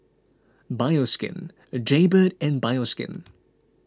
Bioskin Jaybird and Bioskin